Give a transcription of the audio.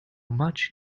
much